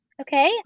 Okay